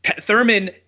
Thurman